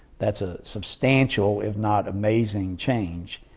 that's a substantial, if not amazing, change.